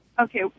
Okay